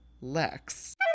Lex